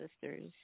sisters